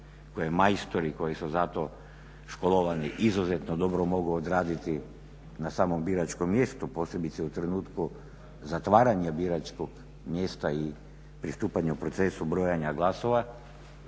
koje majstori koji su za to školovani izuzetno dobro mogao odraditi na samom biračkom mjestu posebice u trenutku zatvaranja biračkog mjesta i pristupanju procesu brojenja glasova